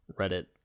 reddit